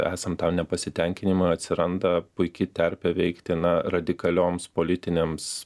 esan tam nepasitenkinimui atsiranda puiki terpė veikti na radikalioms politinėms